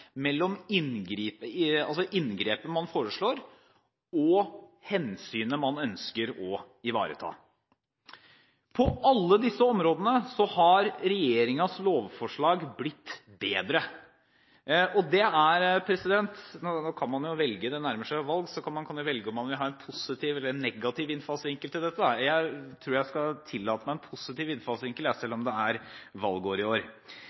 mellom inngrepet man foreslår, og hensynet man ønsker å ivareta. På alle disse områdene har regjeringens lovforslag blitt bedre. Nå kan man velge – det nærmer seg jo valg – om man vil ha en positiv eller en negativ innfallsvinkel til dette. Jeg tror jeg skal tillate meg en positiv innfallsvinkel, selv